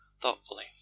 thoughtfully